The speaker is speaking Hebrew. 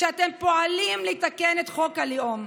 שאתם פועלים לתקן את חוק הלאום.